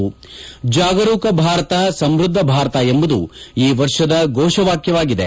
ಜಾಗರೂಕ ಭಾರತ ಸಮ್ನದ್ದ ಭಾರತ ಎಂಬುದು ಈ ವರ್ಷದ ಘೋಷವಾಕ್ಷವಾಗಿದೆ